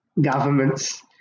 governments